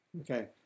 Okay